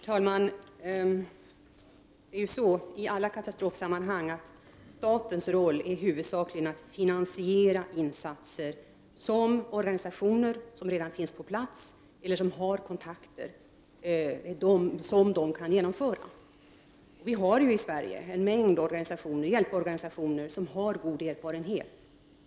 Herr talman! Statens roll i alla katastrofsituationer är huvudsakligen att finansiera de insatser som de organisationer som redan finns på plats eller som har kontakter på plats kan genomföra. Vi har i Sverige en mängd hjälporganisationer som har god erfarenhet.